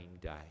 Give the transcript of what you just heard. day